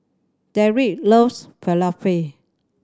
Derrek loves Falafel